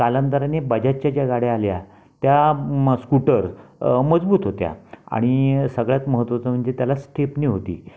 कालांतराने बजाजच्या ज्या गाड्या आल्या त्या स्कुटर मजबूत होत्या आणि सगळ्यात महत्त्वाचं म्हणजे त्याला स्टेपनी होती